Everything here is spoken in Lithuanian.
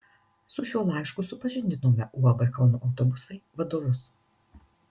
su šiuo laišku supažindinome uab kauno autobusai vadovus